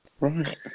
Right